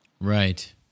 Right